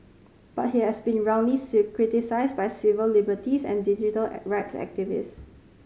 but he has been roundly criticised by civil liberties and digital rights activists